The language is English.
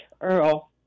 Earl